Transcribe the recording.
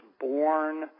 born